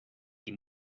die